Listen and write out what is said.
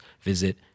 visit